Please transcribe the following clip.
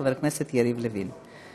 חבר הכנסת יריב לוין.